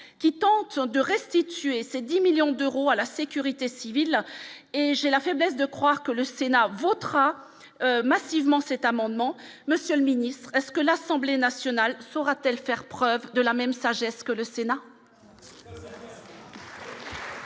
qui tente de restituer ces 10 millions d'euros à la sécurité civile et j'ai la faiblesse de croire que le Sénat votera massivement cet amendement, monsieur le Ministre est-ce que l'Assemblée nationale, saura-t-elle faire preuve de la même sagesse que le Sénat.